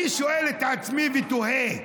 אני שואל את עצמי ותוהה: